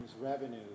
Revenues